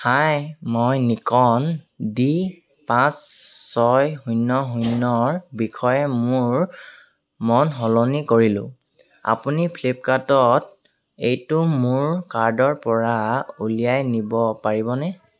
হাই মই Nikon D পাঁচ ছয় শূন্য শূন্যৰ বিষয়ে মোৰ মন সলনি কৰিলোঁ আপুনি ফ্লিপ্পকাৰ্টত এইটো মোৰ কাৰ্টৰপৰা উলিয়াই নিব পাৰিবনে